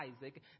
Isaac